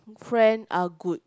friend are good